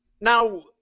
Now